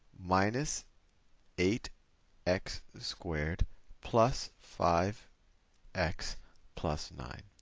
minus eight x squared plus five x plus nine.